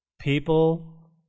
People